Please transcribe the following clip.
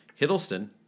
Hiddleston